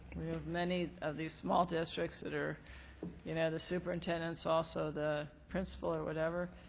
many of these small districts that are you know, the superintendent's also the principal or whatever.